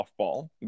softball